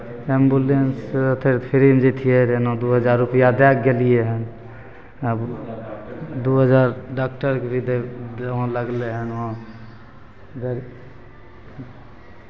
एम्बुलेंससँ तऽ फ्रीमे जेतियै जे एना दू हजार रुपैआ दए कऽ गेलियै हन आब दू हजार डाक्टरकेँ भी देबै वहाँ लगलै हन वहाँ गाड़ी